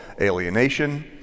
alienation